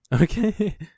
okay